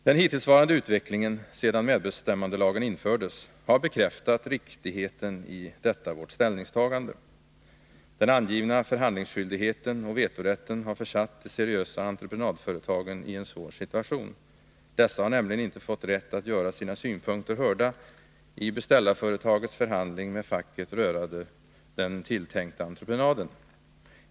Den hittillsvarande utvecklingen — sedan medbestämmandelagen infördes — har bekräftat riktigheten i detta vårt ställningstagande. Den angivna förhandlingsskyldigheten och vetorätten har försatt de seriösa entreprenadföretagen i en svår situation. Dessa har nämligen inte fått rätt att göra sina synpunkter hörda i beställarföretagets förhandling med facket rörande den tilltänkta entreprenaden.